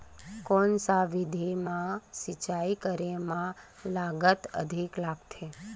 कोन सा विधि म सिंचाई करे म लागत अधिक लगथे?